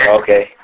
okay